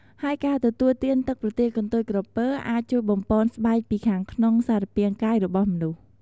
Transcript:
ហើយការទទួលទានទឹកប្រទាលកន្ទុយក្រពើអាចជួយបំប៉នស្បែកពីខាងក្នុងសារពាង្គកាយរបស់មនុស្ស។